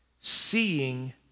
Seeing